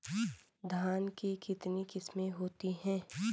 धान की कितनी किस्में होती हैं?